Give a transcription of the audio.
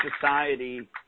society